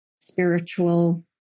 spiritual